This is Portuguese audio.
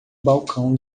balcão